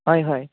হয় হয়